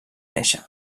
néixer